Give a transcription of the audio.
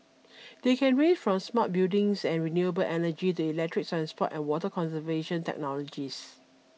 they can range from smart buildings and renewable energy to electric transport and water conservation technologies